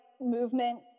movement